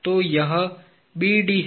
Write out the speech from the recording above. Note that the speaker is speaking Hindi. तो यह BD है